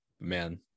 man